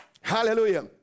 Hallelujah